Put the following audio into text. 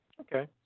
Okay